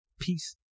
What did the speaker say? peace